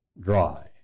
dry